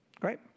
Great